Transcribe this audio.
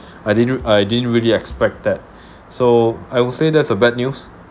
I didn't I didn't really expect that so I would say that's a bad news